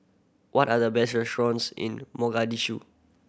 what are the best restaurants in Mogadishu